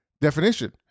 definition